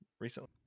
recently